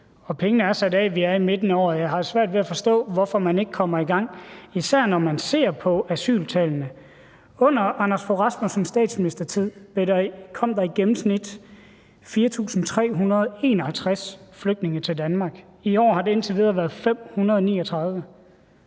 Pengene er sat af, vi er i midten af året, så jeg har svært ved at forstå, hvorfor man ikke kommer i gang, især når man ser på asyltallene. I Anders Fogh Rasmussens statsministertid kom der i gennemsnit 4.351 flygtninge til Danmark. I år har det indtil videre været 539.